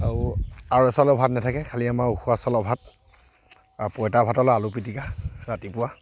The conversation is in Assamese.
আৰু আৰৈ চাউলৰ ভাত নাথাকে খালী আমাৰ উখোৱা চাউলৰ ভাত আৰু পইতা ভাতৰ লগত আলু পিটিকা ৰাতিপুৱা